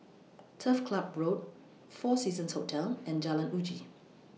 Turf Club Road four Seasons Hotel and Jalan Uji